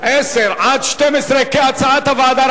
10 12, כהצעת הוועדה,